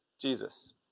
Jesus